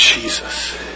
Jesus